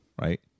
Right